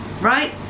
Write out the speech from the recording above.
right